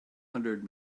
hundred